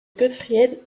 gottfried